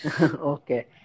Okay